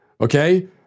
Okay